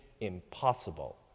impossible